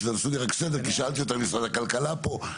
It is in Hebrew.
תעשו לי סדר, כי שאלתי אותה אם משרד הכלכלה פה.